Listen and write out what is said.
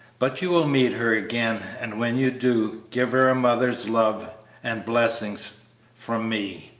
but you will meet her again, and when you do, give her a mother's love and blessing from me.